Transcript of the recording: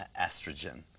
estrogen